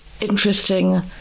interesting